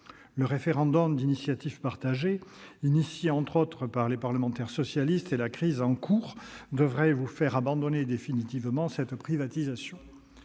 du référendum d'initiative partagée engagée sur l'initiative, entre autres, des parlementaires socialistes et la crise en cours devraient vous faire abandonner définitivement cette privatisation.